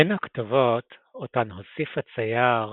בין הכתובות אותן הוסיף הצייר